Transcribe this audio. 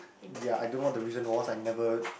ya I don't know what the reason was I never